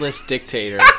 dictator